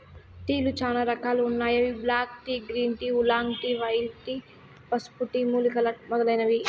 టీలు చానా రకాలు ఉన్నాయి అవి black tea, green tea, oolong tea, white tea, పసుపు టీ, మూలికల టీ మొదలైనవి